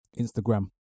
instagram